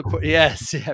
Yes